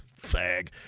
Fag